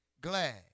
glad